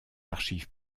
archives